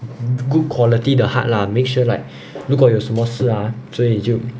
good quality 的 hard lah make sure like 如果有什么事可以就